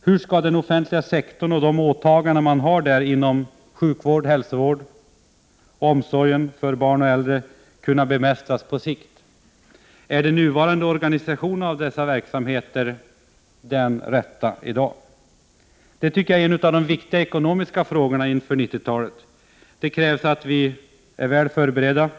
Hur skall den offentliga sektorn och de åtaganden man där har inom sjukvård, hälsovård och omsorg för barn och äldre på sikt kunna bemästras? Är den nuvarande organisationen av dessa verksamheter den rätta? Det är några av de viktigaste ekonomiska frågorna inför 1990-talet. Det krävs att vi är väl förberedda.